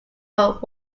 but